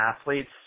athletes